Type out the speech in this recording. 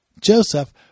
Joseph